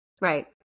Right